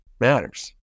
matters